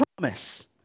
promise